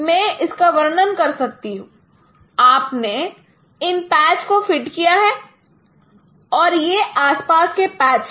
मैं इसका वर्णन कर सकता हूं आपने इन पैच को फिट किया है और यह आसपास के पैच है